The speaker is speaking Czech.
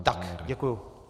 Tak, děkuji.